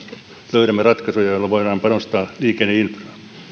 löydämme ratkaisuja joilla voidaan panostaa liikenneinfraan